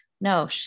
no